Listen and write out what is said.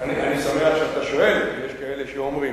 אני שמח שאתה שואל, כי יש כאלה שאומרים.